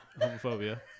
homophobia